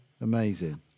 Amazing